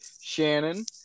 Shannon